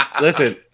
listen